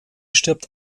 stirbt